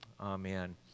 Amen